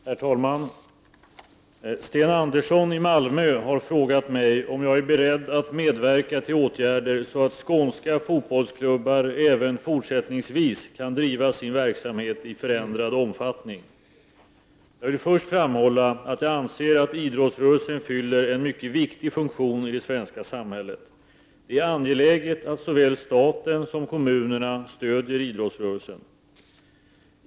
Herr talman! Sten Andersson i Malmö har frågat mig om jag är beredd att medverka till åtgärder, så att skånska fotbollsklubbar även fortsättningsvis kan driva sin verksamhet i oförändrad omfattning. Jag vill först framhålla att jag anser att idrottsrörelsen fyller en mycket viktig funktion i det svenska samhället. Det är angeläget att såväl staten som kommunerna stödjer idrottsrörelsen.